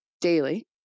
daily